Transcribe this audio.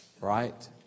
right